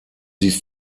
sie